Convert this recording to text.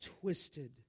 twisted